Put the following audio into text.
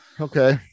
Okay